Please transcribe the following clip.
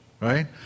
right